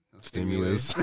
Stimulus